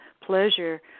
pleasure